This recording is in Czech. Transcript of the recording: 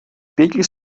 pěti